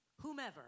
whomever